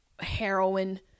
heroin